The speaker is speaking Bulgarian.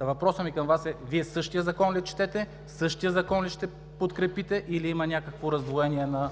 Въпросът ми към Вас е: Вие същия Закон ли четете, същия Закон ли ще подкрепите, или има някакво раздвоение на